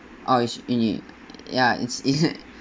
orh it's in it ya it's